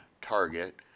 Target